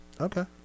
Okay